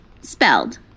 spelled